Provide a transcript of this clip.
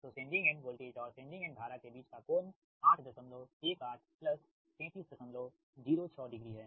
तोसेंडिंग end voltage और sending end धारा के बीच का कोण 818 3306 डिग्री है